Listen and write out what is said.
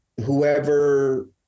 whoever –